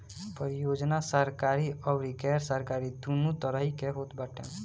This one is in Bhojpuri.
परियोजना सरकारी अउरी गैर सरकारी दूनो तरही के होत बाटे